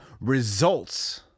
results